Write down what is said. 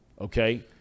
okay